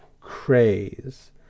Craze